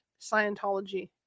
Scientology